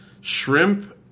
shrimp